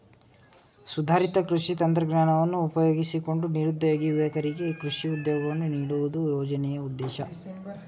ಸುಧಾರಿತ ಕೃಷಿ ತಂತ್ರಜ್ಞಾನವನ್ನು ಉಪಯೋಗಿಸಿಕೊಂಡು ನಿರುದ್ಯೋಗಿ ಯುವಕರಿಗೆ ಕೃಷಿ ಉದ್ಯೋಗವನ್ನು ನೀಡುವುದು ಯೋಜನೆಯ ಉದ್ದೇಶ